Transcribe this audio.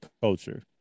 culture